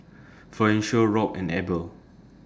Florencio Robt and Abel